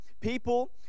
people